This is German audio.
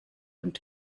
und